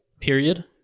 Period